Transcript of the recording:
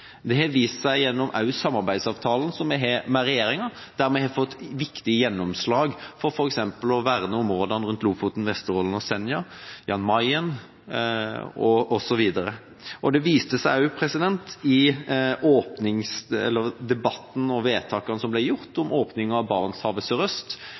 har også vist seg gjennom samarbeidsavtalen vi har med regjeringa, der vi har fått viktige gjennomslag for f.eks. å verne områdene rundt Lofoten, Vesterålen og Senja, Jan Mayen osv. Det viste seg også i debatten og vedtakene som ble gjort om åpninga av Barentshavet sør-øst, der Kristelig Folkeparti stemte imot en åpning av